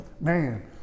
Man